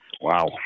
Wow